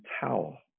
towel